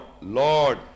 Lord